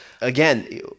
again